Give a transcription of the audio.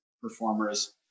performers